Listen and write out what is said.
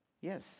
Yes